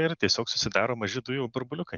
ir tiesiog susidaro maži dujų burbuliukai